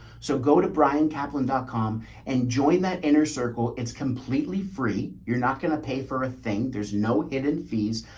so go to brian kaplan dot com and join that inner circle. it's completely free. you're not going to pay for a thing. there's no hidden fees.